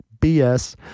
BS